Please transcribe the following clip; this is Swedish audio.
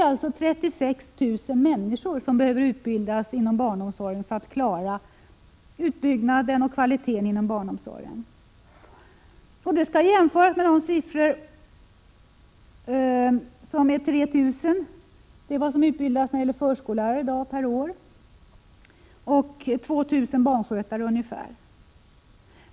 Totalt behöver det alltså utbildas 36 000 för att man skall klara utbyggnaden och kvaliteten inom barnomsorgen. Detta skall jämföras med att det i dag utbildas 3 000 förskollärare och 2 000 barnskötare per år.